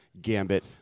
gambit